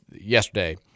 yesterday